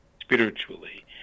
spiritually